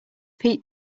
pete